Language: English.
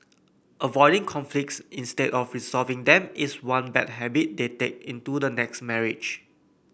avoiding conflicts instead of resolving them is one bad habit they take into the next marriage